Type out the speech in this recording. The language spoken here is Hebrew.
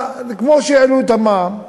כמו שהעלו את המע"מ: